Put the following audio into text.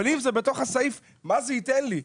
אבל אם זה יהיה בתוך הסעיף מה זה ייתן לי?